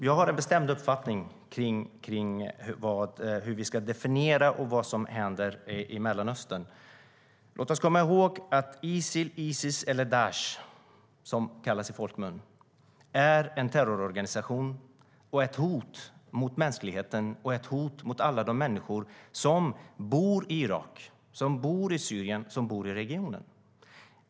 Herr talman! Jag har en bestämd uppfattning om hur vi ska definiera vad som händer i Mellanöstern. Låt oss komma ihåg att Isil, Isis eller Daesh, som den kallas i folkmun, är en terrororganisation, ett hot mot mänskligheten och ett hot mot alla de människor som bor i Irak, i Syrien, i den regionen.